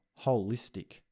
holistic